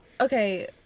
Okay